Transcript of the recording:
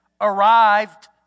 arrived